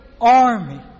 army